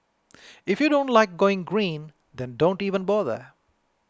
if you don't like going green then don't even bother